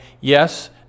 yes